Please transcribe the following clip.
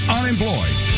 unemployed